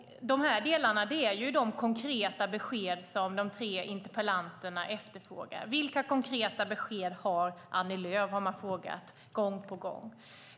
De delarna är de konkreta besked som de tre interpellanterna efterfrågar. Vilka konkreta besked har Annie Lööf, har man frågat, gång på gång.